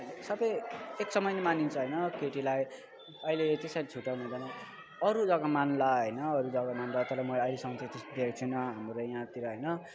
अहिले सबै एक समानै मानिन्छ होइन केटीलाई अहिले त्यसरी छुट्याउनु हुँदैन अरू जग्गामा मान्ला होइन अरू जग्गा मान्दा तर मैले अहिलेसम्म चाहिँ त्यस्तो देखेको छैन हाम्रो यहाँतिर होइन